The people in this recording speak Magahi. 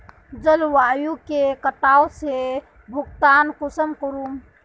जलवायु के कटाव से भुगतान कुंसम करूम?